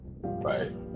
Right